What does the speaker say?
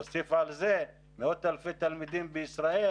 להוסיף על זה מאות אלפי תלמידים בישראל